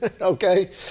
okay